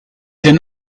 den